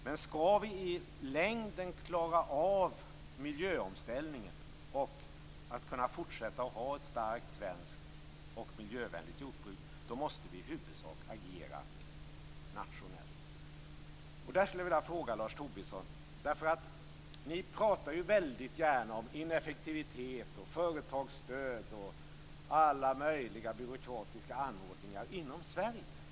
Men om vi i längden skall klara av miljöomställningen och kunna fortsätta att ha ett starkt och miljövänligt svenskt jordbruk måste vi i huvudsak agera nationellt. Jag skulle vilja ställa en fråga till Lars Tobisson. Ni pratar ju väldigt gärna om ineffektivitet, företagsstöd och alla möjliga byråkratiska anordningar inom Sverige.